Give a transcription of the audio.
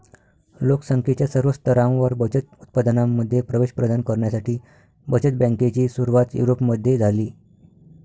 लोक संख्येच्या सर्व स्तरांवर बचत उत्पादनांमध्ये प्रवेश प्रदान करण्यासाठी बचत बँकेची सुरुवात युरोपमध्ये झाली